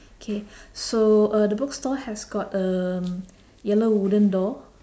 K so uh the bookstore has got um yellow wooden door